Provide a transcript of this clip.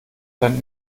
sein